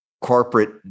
corporate